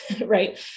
right